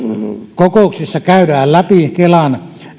kokouksissa käydään läpi kelan